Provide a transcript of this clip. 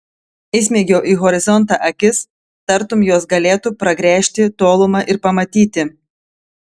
įsmeigiau į horizontą akis tartum jos galėtų pragręžti tolumą ir pamatyti